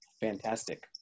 Fantastic